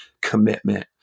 commitment